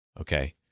Okay